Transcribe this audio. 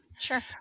sure